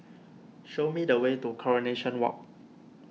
show me the way to Coronation Walk